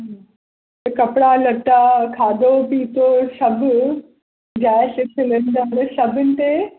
कपिड़ा लटा खाधो पीतो सभु गैस सिलिंडर सभिनी ते